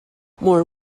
more